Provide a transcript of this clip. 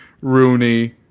Rooney